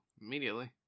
immediately